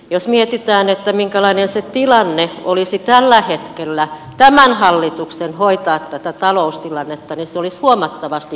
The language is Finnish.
jos mietitään minkälainen se tilanne olisi tällä hetkellä tämän hallituksen hoitaa tätä taloustilannetta niin se olisi huomattavasti parempi